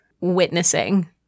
witnessing